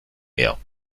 mehr